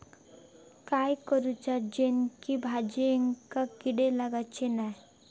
काय करूचा जेणेकी भाजायेंका किडे लागाचे नाय?